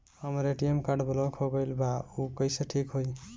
हमर ATM card block हो गईल बा ऊ कईसे ठिक होई?